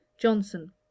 Johnson